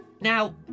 Now